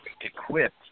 equipped